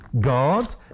God